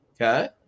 Okay